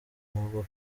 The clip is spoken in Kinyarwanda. ntabwo